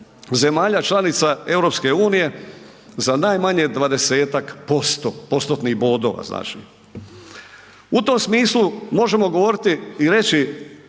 zemalja članica EU za najmanje 20% postotnih bodova. U tom smislu možemo govoriti i reći